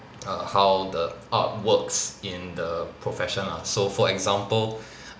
err how the art works in the profession lah so for example